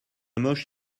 hamoche